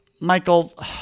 Michael